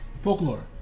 folklore